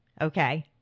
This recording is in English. Okay